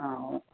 ആ ഓഹ്